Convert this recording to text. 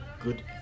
good